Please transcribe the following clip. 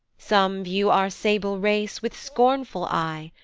some view our sable race with scornful eye,